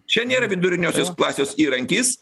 čia nėra viduriniosios klasės įrankis